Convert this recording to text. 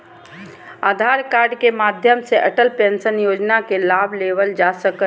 आधार card के माध्यम से अटल पेंशन योजना के लाभ लेवल जा सको हय